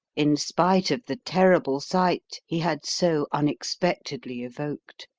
in spite of the terrible sight he had so unexpectedly evoked.